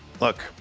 Look